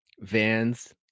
vans